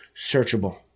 searchable